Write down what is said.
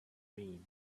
mean